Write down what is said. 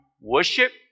worship